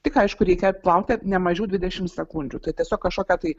tik aišku reikia plauti ne mažiau dvidešimt sekundžių tai tiesiog kažkokią tai